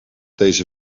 deze